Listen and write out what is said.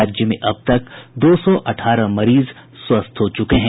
राज्य में अब तक दो सौ अठारह मरीज स्वस्थ हो चुके हैं